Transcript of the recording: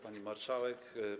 Pani Marszałek!